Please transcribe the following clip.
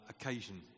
occasion